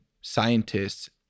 scientists